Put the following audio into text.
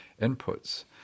inputs